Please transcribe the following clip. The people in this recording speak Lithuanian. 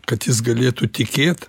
kad jis galėtų tikėt